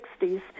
1960s